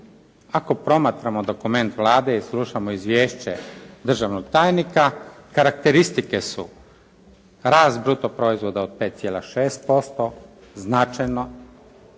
Kako promatramo dokument Vlade i slušamo izvješće državnog tajnika? Karakteristike su rast bruto proizvoda od 5,6% značajno